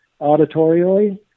auditorially